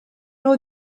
nhw